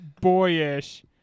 boyish